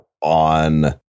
on